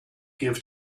give